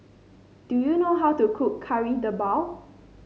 do you know how to cook Kari Debal